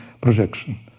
projection